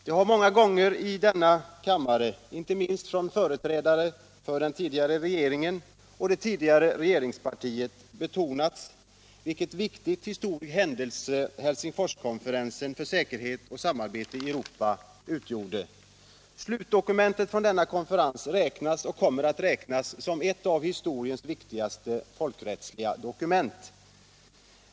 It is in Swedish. Det har många gånger i denna kammare, inte minst från företrädare för den tidigare regeringen och det tidigare regeringspartiet, betonats vilken viktig historisk händelse Helsingforskonferensen för säkerhet och samarbete i Europa utgjorde. Slutdokumentet från denna konferens räknas, och kommer att räknas, som ett av historiens viktigaste folkrättsliga dokument.